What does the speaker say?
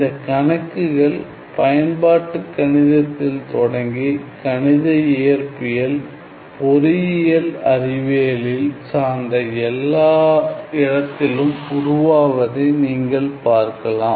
இந்தக் கணக்குகள் பயன்பாட்டு கணிதத்தில் தொடங்கி கணித இயற்பியல் பொறியியல் அறிவியலில் சார்ந்த எல்லா இடத்திலும் உருவாவதை நீங்கள் பார்க்கலாம்